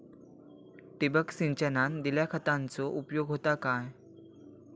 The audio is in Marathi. ठिबक सिंचनान दिल्या खतांचो उपयोग होता काय?